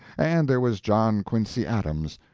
and there was john quincy adams.